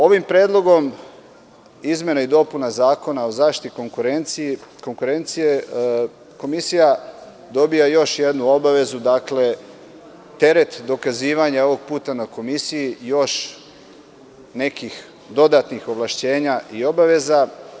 Ovim predlogom izmena i dopuna Zakona o zaštiti konkurencije Komisija dobija još jednu obavezu – teret dokazivanja je ovog puta na Komisiji i još nekih dodatnih ovlašćenja i obaveza.